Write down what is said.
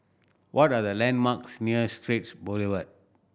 what are the landmarks near Straits Boulevard